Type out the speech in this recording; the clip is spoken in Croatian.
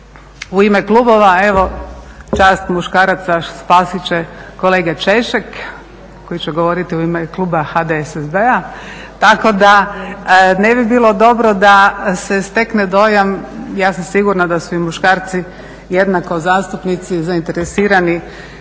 u ime klubova, a evo čast muškaraca spasit će kolega Češek koji će govoriti u ime kluba HDSSB-a. Tako da ne bi bilo dobro da se stekne dojam, ja sam sigurna da su i muškarci jednako zastupnici, zainteresirani